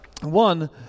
One